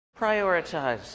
prioritize